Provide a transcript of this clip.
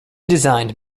designed